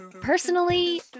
personally